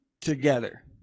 together